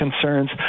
concerns